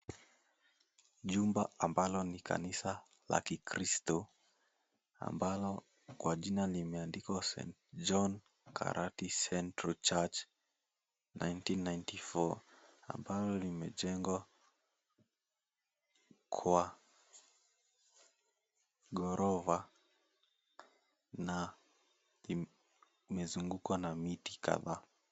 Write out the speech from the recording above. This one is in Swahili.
Jumba ambalo ni kanisa la kikristo ambalo kwa jina limeandikwa St.John Karati Central Church 1994 ambalo limejengwa kwa gorofa na limezungukwa na miti kadhaa.